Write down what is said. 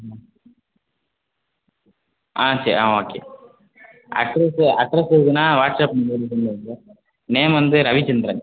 ம் ஆ சரி ஆ ஓகே அட்ரெஸ்ஸு அட்ரெஸ் இருக்குதுன்னா வாட்ஸ்அப் மூலிமா செண்ட் பண்ணுங்கள் நேம் வந்து ரவிச்சந்திரன்